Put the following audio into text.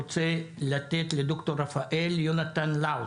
אני רוצה לתת לד"ר רפאל יונתן לאוס,